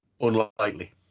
Unlikely